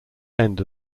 end